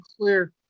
clear